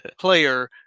player